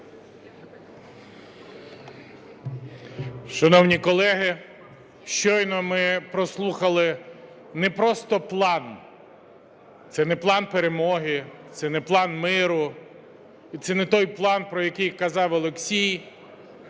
Шановні колеги, щойно ми прослухали не просто план, це не план перемоги, це не план миру, і це не той план, про який казав Олексій,